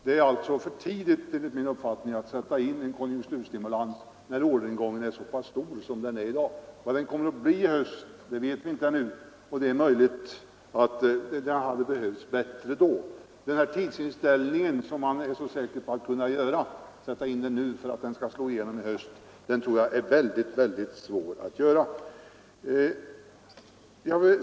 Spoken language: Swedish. Det är alltså enligt min uppfattning för tidigt att sätta in en konjunkturstimulans när orderingången är så pass stor som den är i dag. Vad den kommer att bli i höst vet vi inte ännu, och det är möjligt att stimulansen skulle behövas bättre då. Den här tidsinställningen som man är så säker på — att man skall sätta in stimulansen nu för att den skall slå igenom i höst — tror jag är väldigt svår att göra.